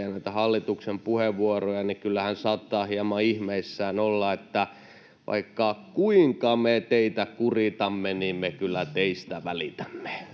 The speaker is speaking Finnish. ja näitä hallituksen puheenvuoroja kuuntelee, niin kyllä hän saattaa hieman ihmeissään olla, että vaikka kuinka me teitä kuritamme, niin me kyllä teistä välitämme.